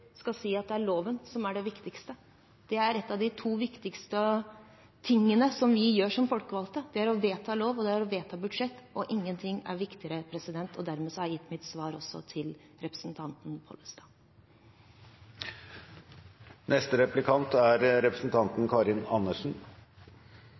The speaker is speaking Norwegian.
skal si at det er loven som er det viktigste. Det er én av de to viktigste tingene som vi gjør som folkevalgte. Det er å vedta lov, og det er å vedta budsjett. Ingenting er viktigere. Dermed har jeg også gitt mitt svar til representanten Pollestad. Sjølsagt skal man følge loven, og det er